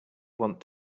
want